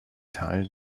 teil